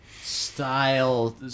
style